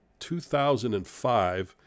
2005